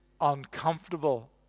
uncomfortable